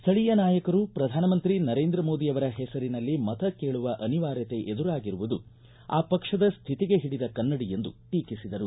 ಸ್ವಳೀಯ ನಾಯಕರು ಪ್ರಧಾನಮಂತ್ರಿ ನರೇಂದ್ರ ಮೋದಿ ಅವರ ಹೆಸರಿನಲ್ಲಿ ಮತ ಕೇಳುವ ಅನಿವಾರ್ಯತೆ ಎದುರಾಗಿರುವುದು ಆ ಪಕ್ಷದ ಸ್ಥಿತಿಗೆ ಹಿಡಿದ ಕನ್ನಡಿ ಎಂದು ಟೀಕಿಸಿದರು